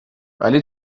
ولی